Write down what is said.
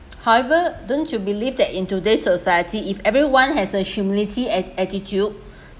however don't you believe that in today's society if everyone has a humility and attitude